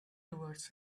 towards